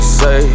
say